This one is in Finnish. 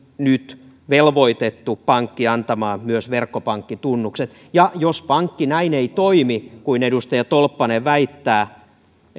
nyt pankki velvoitettu antamaan myös verkkopankkitunnukset jos pankki näin ei toimi vaan niin kuin edustaja tolppanen väittää